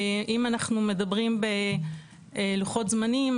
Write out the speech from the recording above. אם אנחנו מדברים בלוחות זמנים,